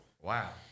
Wow